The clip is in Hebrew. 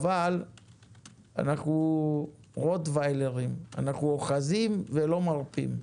אבל אנחנו רוטוויילרים, אוחזים ולא מרפים.